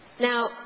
Now